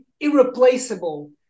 irreplaceable